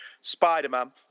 Spider-Man